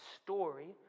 story